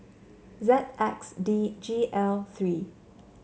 Z X D G L three